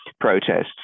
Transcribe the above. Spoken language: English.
protests